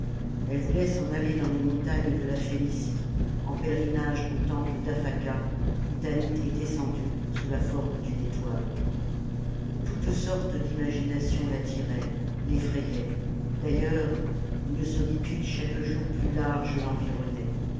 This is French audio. elle voulait s'en aller dans les montagnes de la phénicie en pèlerinage au temple d'aphaka où tanit est descendue sous la forme d'une étoile toutes sortes d'imaginations l'attiraient l'effrayaient d'ailleurs une solitude chaque jour plus large l'environnait